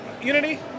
Unity